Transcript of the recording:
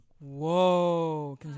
Whoa